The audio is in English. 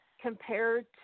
compared